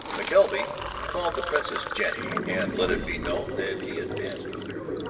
mckelvey called the princess jenny, and let it be known that he had danced with her.